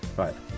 right